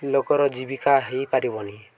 ଲୋକର ଜୀବିକା ହେଇପାରିବନି